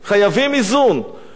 אבל זה קול קורא באפלה.